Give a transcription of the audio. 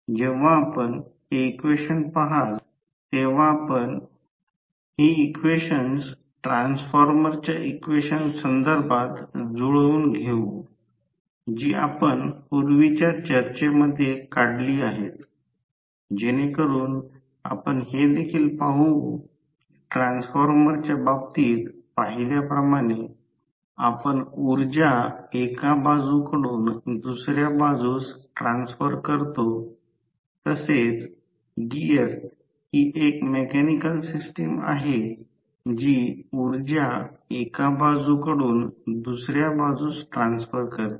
जेव्हा आपण हे इक्वेशन पहाल तेव्हा आपण ही इक्वेशन्स ट्रान्सफॉर्मरच्या इक्वेशन संदर्भात जुळवून घेऊ जी आपण पूर्वीच्या चर्चेमध्ये काढली आहेत जेणेकरून आपण हे देखील पाहू की ट्रान्सफॉर्मरच्या बाबतीत पाहिल्याप्रमाणे आपण ऊर्जा एका बाजूकडून दुसर्या बाजूस ट्रान्सफर करतो तसेच गिअर ही एक मेकॅनिकल सिस्टम आहे जी ऊर्जा एका बाजूकडून दुसर्या बाजूस ट्रान्सफर करते